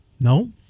No